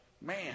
man